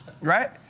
right